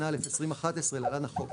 התשע"א-2011 (להלן - החוק),